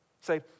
Say